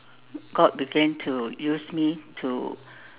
God began to use me to